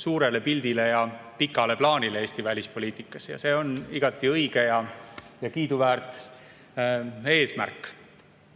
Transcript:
suurele pildile ja pikale plaanile Eesti välispoliitikas. See on igati õige ja kiiduväärt